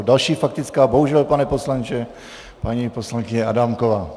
Další faktická, bohužel, pane poslanče, paní poslankyně Adámková.